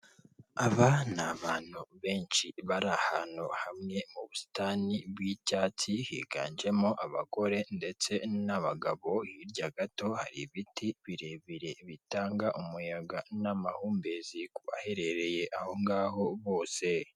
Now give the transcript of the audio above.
Umuturirwa ugeretse inshuro zirenze ebyiri, ukaba ufite amabara arimo shokora n'umukara, ukaba uri mugipangu gikikijwe n'ibiti n'igipangu cyubakishijwe amatafari, imbere yaho hakaba hari umunara ufite insinga z'amashanyarazi.